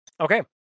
Okay